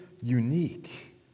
unique